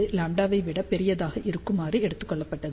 25 λ ஐ விட பெரியதாக இருக்குமாறு எடுக்கக்கொள்ளப்பட்டது